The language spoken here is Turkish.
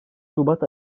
şubat